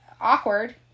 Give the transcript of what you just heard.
awkward